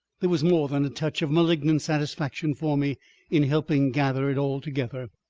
there was more than a touch of malignant satisfaction for me in helping gather it all together.